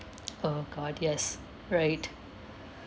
oh god yes right